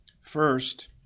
First